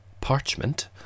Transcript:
Parchment